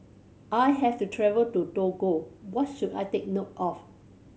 I has the travel to Togo what should I take note of